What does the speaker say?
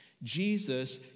Jesus